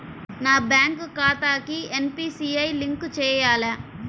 నా బ్యాంక్ ఖాతాకి NPCI link చేయాలా?